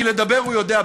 כי לדבר הוא יודע,